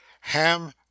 ham